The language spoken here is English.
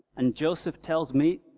and josef tells me,